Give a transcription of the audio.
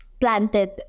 planted